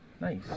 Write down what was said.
Nice